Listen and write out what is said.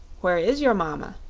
where is your mama?